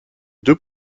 deux